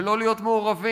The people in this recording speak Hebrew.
ולא להיות מעורבים,